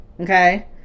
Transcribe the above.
okay